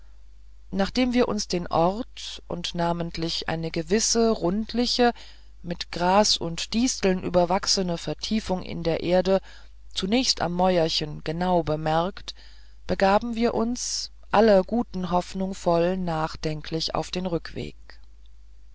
nachdem wir uns den ort und namentlich eine gewisse rundliche mit gras und disteln überwachsene vertiefung in der erde zunächst am mäuerchen genau bemerkt begaben wir uns aller guten hoffnung voll nachdenklich auf den rückweg